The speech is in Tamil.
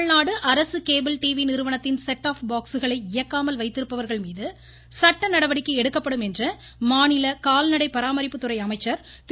தமிழ்நாடு அரசு கேபிள் டிவி நிறுவனத்தின் செட் ஆப் பாக்சுகளை இயக்காமல் வைத்திருப்பவர்கள் மீது சட்ட நடவடிக்கை எடுக்கப்படும் என்று மாநில கால்நடை பராமரிப்புத்துறை அமைச்சர் திரு